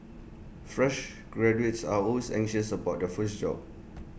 fresh graduates are always anxious about their first job